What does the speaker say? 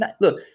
Look